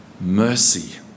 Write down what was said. mercy